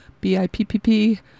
B-I-P-P-P